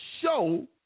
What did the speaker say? show